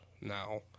now